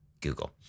Google